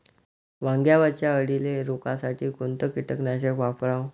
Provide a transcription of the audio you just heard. वांग्यावरच्या अळीले रोकासाठी कोनतं कीटकनाशक वापराव?